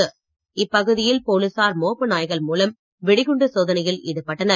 வளாகத்தில் இப்பகுதியில் போலீசார் மோப்ப நாய்கள் மூலம் வெடிகுண்டு சோதனையில் ஈடுபட்டனர்